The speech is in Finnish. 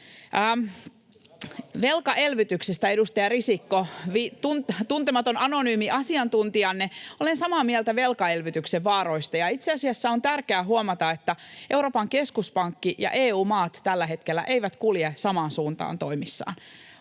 velkaelvytyksen vaaroista kuin tuntematon anonyymi asiantuntijanne, ja itse asiassa on tärkeää huomata, että Euroopan keskuspankki ja EU-maat tällä hetkellä eivät kulje samaan suuntaan toimissaan.